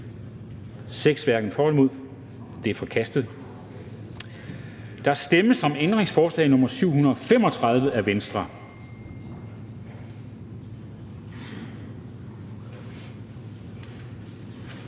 0. Ændringsforslaget er forkastet. Der stemmes om ændringsforslag nr. 733 af V,